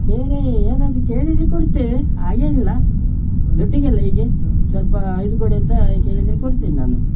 ಬೇರೆ ಯಾರಾದರೂ ಕೇಳಿದರೆ ಕೊಡುತ್ತೇವೆ ಹಾಗೇನಿಲ್ಲ ದುಡ್ಡಿಗಲ್ಲ ಹೀಗೆ ಸ್ವಲ್ಪ ಇದು ಕೊಡಿ ಅಂತ ಕೇಳಿದರೆ ಕೊಡ್ತೇನೆ ನಾನು